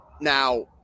now